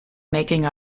making